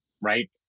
right